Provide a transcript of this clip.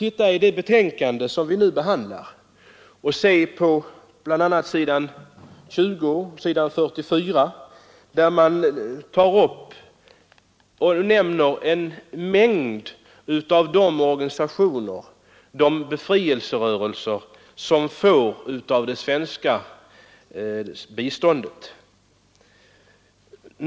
I det betänkande som vi nu behandlar nämns bl.a. på s. 20 och 44 en mängd organisationer och befrielserörelser som får del av det svenska biståndet.